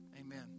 Amen